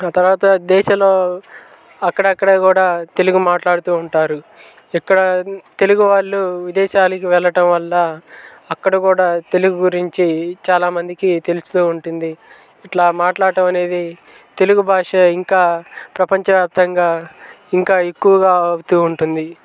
ఆ తర్వాత దేశంలో అక్కడక్కడ కూడా తెలుగు మాట్లాడుతూ ఉంటారు ఇక్కడ తెలుగు వాళ్ళు విదేశాలకి వెళ్ళటం వల్ల అక్కడ కూడా తెలుగు గురించి చాలామందికి తెలుస్తూ ఉంటుంది ఇట్లా మాట్లాడటం అనేది తెలుగు భాష ఇంకా ప్రపంచవ్యాప్తంగా ఇంకా ఎక్కువగా అవుతూ ఉంటుంది